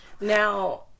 now